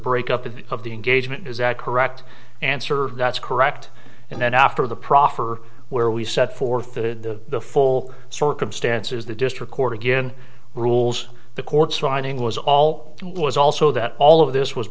break up of of the engagement is that correct answer that's correct and then after the proffer where we set forth the full circumstances the district court again rules the court's finding was all it was also that all of this was